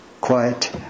quiet